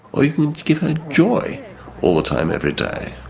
or you can give her joy all the time every day.